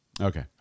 Okay